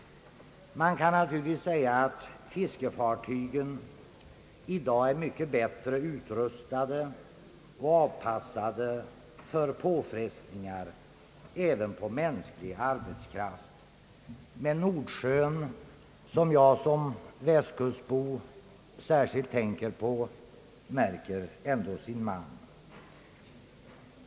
Man kan naturligtvis säga att fiskefartygen i dag är mycket bättre rustade och avpassade för påfrestningar även på mänsklig arbetskraft än de varit tidigare. Men Nordsjön, som jag som västkustbo särskilt tänker på, märker ändå sin man.